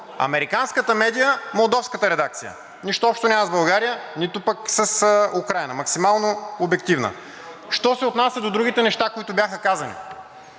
американската медия, молдовската редакция. Нищо общо няма с България, нито пък с Украйна – максимално обективна. Що се отнася до другите неща, които бяха казани.